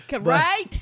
right